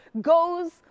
goes